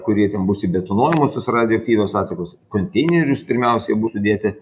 kurie ten bus įbetonuojamosios tos radioaktyvios atliekos konteinerius pirmiausiai bus sudėti